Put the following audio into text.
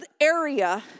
area